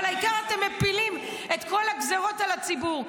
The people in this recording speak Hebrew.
אבל העיקר, אתם מפילים את כל הגזרות על הציבור.